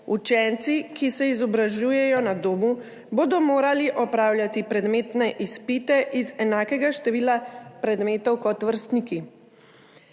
Učenci, ki se izobražujejo na domu, bodo morali opravljati predmetne izpite iz enakega števila predmetov kot vrstniki,